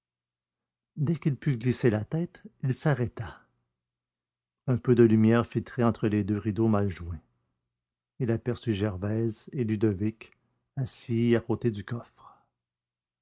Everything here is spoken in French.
dès qu'il put glisser la tête il s'arrêta un peu de lumière filtrait entre les deux rideaux mal joints il aperçut gervaise et ludovic assis à côté du coffre